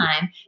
time